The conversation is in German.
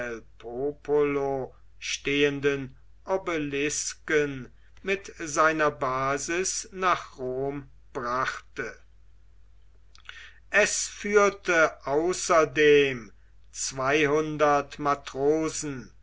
stehenden obelisken mit seiner basis nach rom brachte es führte außerdem zweihundert matrosen